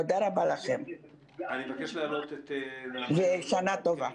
תודה רבה לכם ושנה טובה.